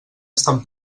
estan